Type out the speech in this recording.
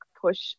push